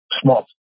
Small